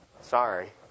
Sorry